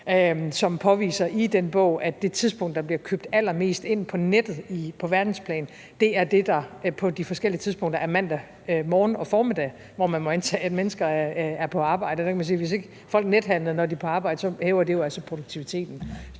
bog påviser, at det tidspunkt, der bliver købt allermest ind på nettet på verdensplan, er det, der på de forskellige tidspunkter er mandag morgen og formiddag, hvor man må antage, at mennesker er på arbejde. Så man kan sige, at hvis ikke folk nethandler, når de er på arbejde, hæver det jo altså produktiviteten.